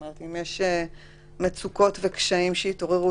שבודק אם יש מצוקות וקשיים שהתעוררו?